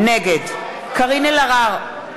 נגד קארין אלהרר,